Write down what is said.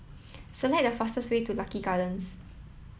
select the fastest way to Lucky Gardens